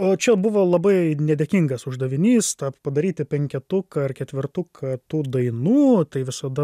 o čia buvo labai nedėkingas uždavinys tą padaryti penketuką ar ketvertuką tų dainų tai visada